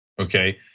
Okay